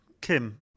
Kim